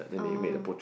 oh